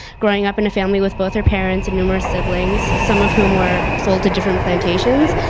growing up in a family with both her parents and numerous siblings, some of whom were sold to different plantations.